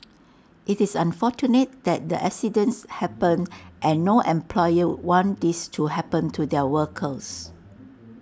IT is unfortunate that the accidents happened and no employer want these to happen to their workers